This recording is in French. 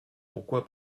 pourquoi